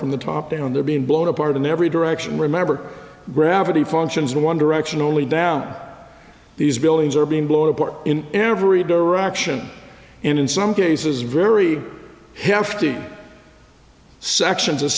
from the top down they're being blown apart in every direction remember gravity functions in one direction only down these buildings are being blown apart in every direction and in some cases very hefty sections of